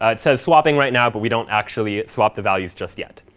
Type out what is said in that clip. it says swapping right now, but we don't actually swap the values just yet.